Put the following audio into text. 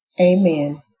Amen